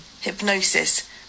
hypnosis